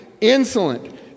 insolent